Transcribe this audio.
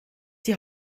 die